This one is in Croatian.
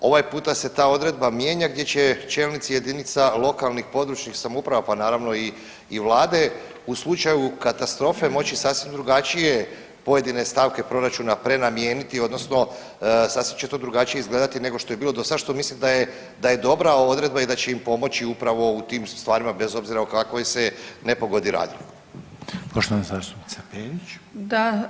Ovaj puta se ta odredba mijenja gdje se čelnici jedinica lokalnih i područnih samouprava, pa naravno i vlade u slučaju katastrofe moći sasvim drugačije pojedine stavke proračuna prenamijeniti odnosno sasvim će to drugačije izgledati nego što je bilo do sad, što mislim da je, da je dobra odredba i da će im pomoći upravo u tim stvarima bez obzira o kakvoj se nepogodi radilo.